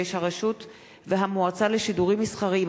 56) (הרשות והמועצה לשידורים מסחריים),